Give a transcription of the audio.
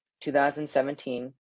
2017